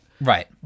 right